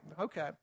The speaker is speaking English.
Okay